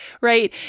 right